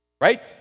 Right